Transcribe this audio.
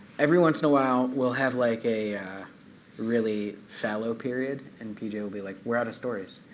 every once in a while, we'll have like a really fallow period and pj will be like, we're out of stories.